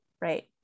right